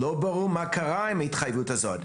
לא ברור מה קרה עם ההתחייבות הזאת,